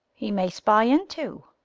a may spy into.